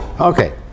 Okay